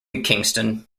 kingston